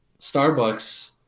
Starbucks